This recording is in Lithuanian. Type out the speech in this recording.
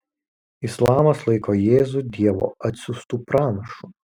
islamas laiko jėzų dievo atsiųstu pranašu